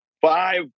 Five